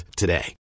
today